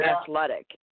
athletic